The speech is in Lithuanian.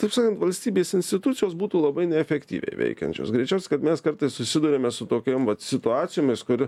taip sakant valstybės institucijos būtų labai neefektyviai veikiančios greičiaus kad mes kartais susiduriame su tokiom vat situacijomis kur